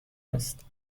است